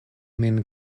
min